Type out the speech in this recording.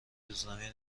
روزنامه